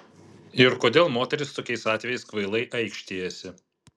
ir kodėl moterys tokiais atvejais kvailai aikštijasi